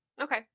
Okay